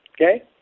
okay